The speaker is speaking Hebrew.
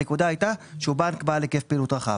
הנקודה הייתה שהוא בנק בעל היקף פעילות רחב.